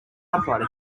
upright